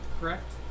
correct